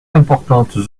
importantes